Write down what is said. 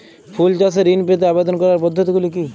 ফুল চাষে ঋণ পেতে আবেদন করার পদ্ধতিগুলি কী?